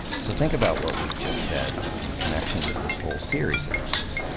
so, think about what we've just said in connection with this whole series of ours.